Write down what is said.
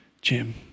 Jim